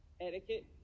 etiquette